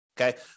Okay